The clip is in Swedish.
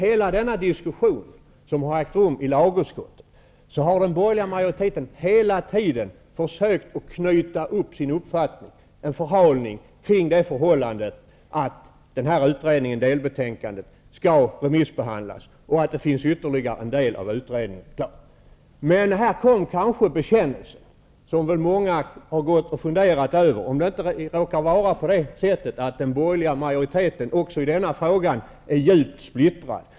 Under diskussionen i lagutskottet har den borgerliga majoriteten som en förhalning hela tiden försökt att knyta upp sin uppfattning till förhållandet att delbetänkandet skall remissbehandlas och att det finns ytterligare en del av utredningen kvar. Här kom det äntligen en bekännelse som många har gått och funderat över, nämligen en bekännelse att den borgerliga majoriteten också i den här frågan är djupt splittrad.